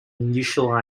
unusual